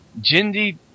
Jindy